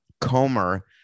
Comer